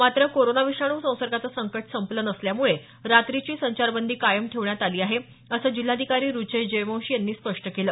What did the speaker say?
मात्र कोरोना विषाणू संसर्गाचं संकट संपलं नसल्यामुळे रात्रीची संचारबंदी कायम ठेवण्यात आली आहे असं जिल्हाधिकारी रुचेश जयवंशी यांनी स्पष्ट केलं